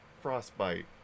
frostbite